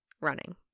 running